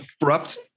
abrupt